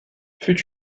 fut